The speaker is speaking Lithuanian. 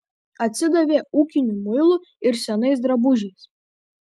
atsidavė ūkiniu muilu ir senais drabužiais